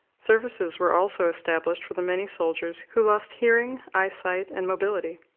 services were also established for the many soldiers who lost hearing, eyesight, and mobility.